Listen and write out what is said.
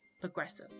progressives